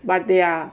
but they are